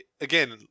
again